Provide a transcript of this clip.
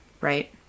right